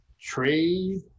trade